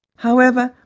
however,